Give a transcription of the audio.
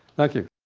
thank you.